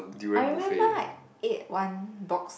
I remember I ate one box